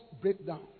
breakdown